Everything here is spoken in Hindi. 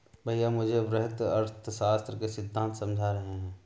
भैया मुझे वृहत अर्थशास्त्र के सिद्धांत समझा रहे हैं